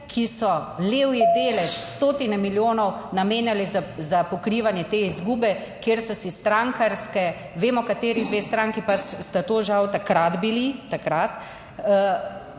ki so levji delež, stotine milijonov namenjali za pokrivanje te izgube, kjer so si strankarske, vemo kateri dve stranki pa sta to žal takrat bili, takrat,